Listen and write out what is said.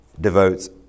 devotes